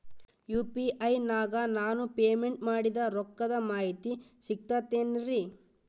UPI ನಾಗ ನಾನು payment ಮಾಡಿದ ರೊಕ್ಕದ ಮಾಹಿತಿ ಸಿಕ್ತಾತೇನ್ರೀ?